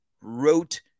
wrote